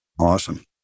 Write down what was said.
Awesome